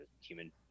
human